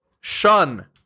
Shun